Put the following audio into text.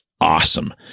awesome